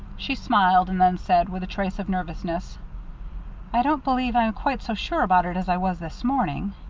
she smiled, and then said, with a trace of nervousness i don't believe i'm quite so sure about it as i was this morning.